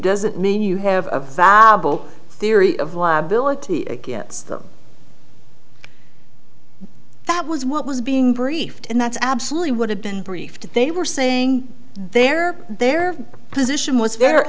doesn't mean you have a valuable theory of liability against them that was what was being briefed and that's absolutely would have been briefed they were saying there their position w